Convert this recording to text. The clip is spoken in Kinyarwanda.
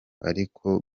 ariko